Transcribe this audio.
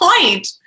point